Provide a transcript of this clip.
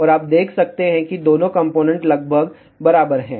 और आप देख सकते हैं कि दोनों कॉम्पोनेन्ट लगभग बराबर हैं